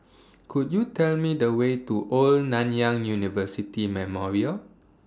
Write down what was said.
Could YOU Tell Me The Way to Old Nanyang University Memorial